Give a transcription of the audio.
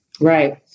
Right